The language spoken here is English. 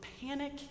panic